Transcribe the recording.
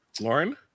Lauren